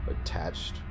Attached